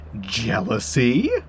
jealousy